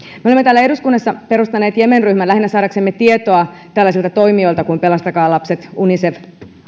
me olemme täällä eduskunnassa perustaneet jemen ryhmän lähinnä saadaksemme tietoa tällaisilta toimijoilta kuin pelastakaa lapset unicef